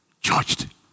judged